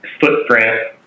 footprint